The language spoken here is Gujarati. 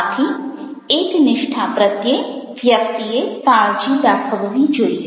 આથી એકનિષ્ઠા પ્રત્યે વ્યક્તિએ કાળજી દાખવવી જોઈએ